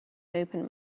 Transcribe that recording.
open